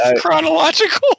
chronological